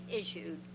issued